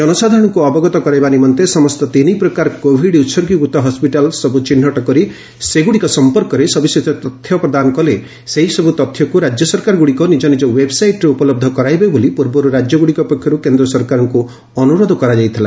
ଜନସାଧାରଣଙ୍କୁ ଅବଗତ କରାଇବା ନିମନ୍ତେ ସମସ୍ତ ତିନି ପ୍ରକାର କୋଭିଡ୍ ଉତ୍ଗୀକୃତ ହସ୍କିଟାଲ୍ ସବୁ ଚିହ୍ନଟ କରି ସେଗୁଡ଼ିକ ସମ୍ପର୍କରେ ସବିଶେଷ ତଥ୍ୟ ପ୍ରଦାନ କଲେ ସେହି ସବୁ ତଥ୍ୟକୁ ରାଜ୍ୟ ସରକାରଗୁଡ଼ିକ ନିଜ ନିଜ ୱେବ୍ସାଇଟ୍ରେ ଉପଲବ୍ଧ କରାଇବେ ବୋଲି ପୂର୍ବରୁ ରାଜ୍ୟଗୁଡ଼ିକ ପକ୍ଷରୁ କେନ୍ଦ୍ର ସରକାରଙ୍କୁ ଅନୁରୋଧ କରାଯାଇଥିଲା